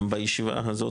בישיבה הזאת,